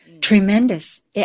tremendous